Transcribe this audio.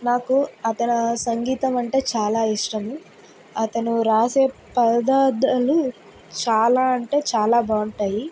నాకు అతనా సంగీతం అంటే చాలా ఇష్టము అతను రాసే పద అర్థాలు చాలా అంటే చాలా బాగుంటాయి